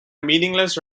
meaningless